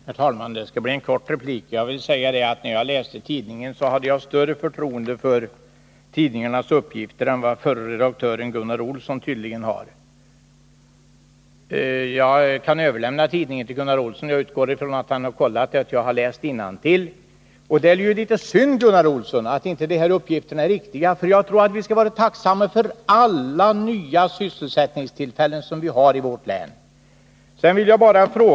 Herr talman! Det skall bli en kort replik. Jag vill bara säga att när jag läste tidningen hade jag större förtroende för tidningarnas uppgifter än vad förre redaktören Gunnar Olsson tydligen har. Jag kan överlämna tidningen till Gunnar Olsson. Jag utgår från att han har kontrollerat att jag har läst innantill. Det är litet synd, Gunnar Olsson, att inte de här uppgifterna är riktiga. Jag tycker ändå att vi skall vara tacksamma för alla nya sysselsättningstillfällen i vårt län.